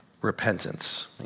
repentance